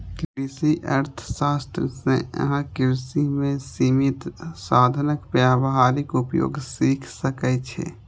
कृषि अर्थशास्त्र सं अहां कृषि मे सीमित साधनक व्यावहारिक उपयोग सीख सकै छी